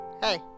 hey